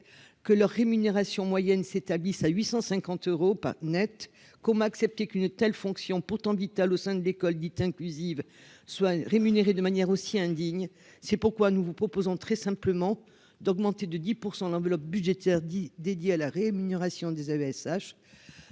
que leur rémunération moyenne s'établissent à 850 euros Net comme accepter qu'une telle fonction pourtant vital au sein de l'école dite inclusive soient rémunérés de manière aussi indigne, c'est pourquoi nous vous proposons, très simplement, d'augmenter de 10 % l'enveloppe budgétaire dit dédié à la rémunération des AESH